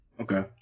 Okay